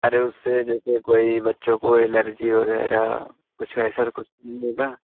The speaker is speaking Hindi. अरे उससे जैसे कोई बच्चों को एलर्जी वगैरह कुछ ऐसा कुछ नहीं होगा